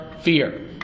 fear